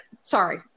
sorry